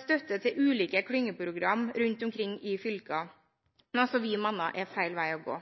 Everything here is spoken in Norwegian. støtte til ulike klyngeprogram rundt omkring i fylkene. Det mener vi er feil vei å gå.